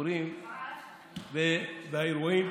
הביקורים והאירועים.